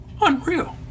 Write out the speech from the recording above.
Unreal